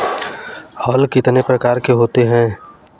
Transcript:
हल कितने प्रकार के होते हैं?